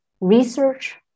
research